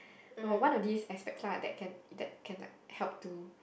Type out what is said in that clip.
I would want of these aspects lah that can that can like help to